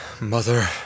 Mother